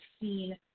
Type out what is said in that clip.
seen